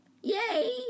Yay